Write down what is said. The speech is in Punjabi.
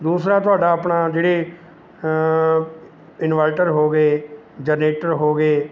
ਦੂਸਰਾ ਤੁਹਾਡਾ ਆਪਣਾ ਜਿਹੜੇ ਇੰਨਵਰਟਰ ਹੋ ਗਏ ਜਰਨੇਟਰ ਹੋ ਗਏ